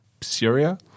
Syria